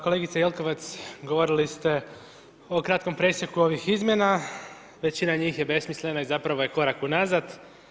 Kolegice Jelkovac, govorili ste o kratkom presjeku ovih izmjena, većina njih je besmislena i zapravo je korak unazad.